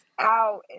out